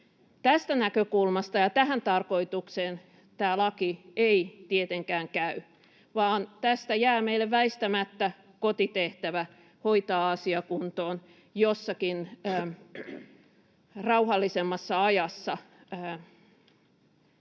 Tästä näkökulmasta ja tähän tarkoitukseen tämä laki ei tietenkään käy, vaan tästä jää meille väistämättä kotitehtävä hoitaa asia kuntoon jossakin rauhallisemmassa ajassa,